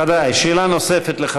אפשר שאלה נוספת?